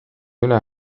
üle